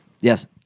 Yes